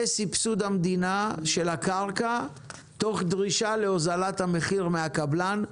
בסבסוד המדינה של הקרקע תוך דרישה להוזלת המחיר מהקבלן.